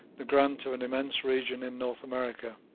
the grant of an immense region in north america.